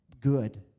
good